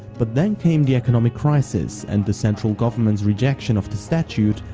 but then came the economic crisis and the central government's rejection of the statute,